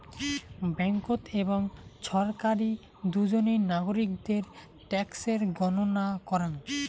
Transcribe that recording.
ব্যাঙ্ককোত এবং ছরকারি দুজনেই নাগরিকদের ট্যাক্সের গণনা করাং